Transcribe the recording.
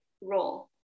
role